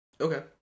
Okay